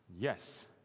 Yes